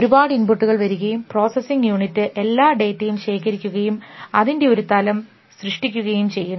ഒരുപാട് ഇൻ പുട്ടുകൾ വരികയും പ്രോസസ്സിംഗ് യൂണിറ്റ് എല്ലാ ഡേറ്റയും ശേഖരിക്കുകയും അതിൻറെ മറ്റൊരു തലം സൃഷ്ടിക്കുകയും ചെയ്യുന്നു